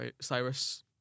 Cyrus